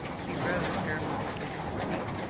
he rose ceremoniously to his feet.